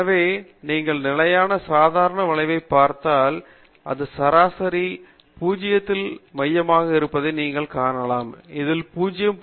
எனவே நீங்கள் நிலையான சாதாரண வளைவைப் பார்த்தால் அது சராசரி 0 வில் மையமாக இருப்பதை நீங்கள் காணலாம் இதில் 0